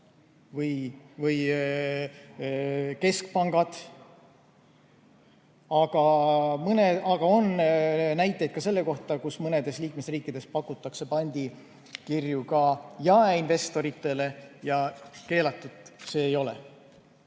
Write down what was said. või keskpangad. Aga on näiteid ka selle kohta, et mõnedes liikmesriikides pakutakse pandikirju ka jaeinvestoritele, keelatud see ei ole.